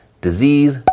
disease